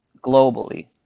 globally